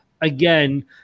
again